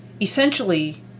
essentially